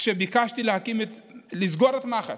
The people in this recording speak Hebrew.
כשביקשתי לסגור את מח"ש,